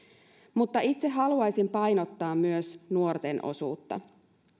itse haluaisin painottaa myös nuorten osuutta